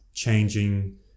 Changing